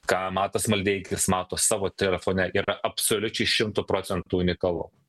ką matas maldeikis mato savo telefone yra absoliučiai šimtu procentų unikalu